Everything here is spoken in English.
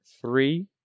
three